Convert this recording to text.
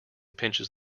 pinches